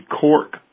cork